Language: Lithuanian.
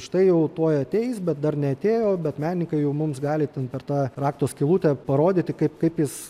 štai jau tuoj ateis bet dar neatėjo bet menininkai jau mums gali ten per tą rakto skylutę parodyti kaip kaip jis